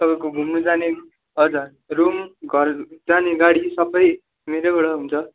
तपाईँको घुम्नु जाने हजुर रुम घर जाने गाडी सबै मेरैबाट हुन्छ